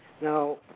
Now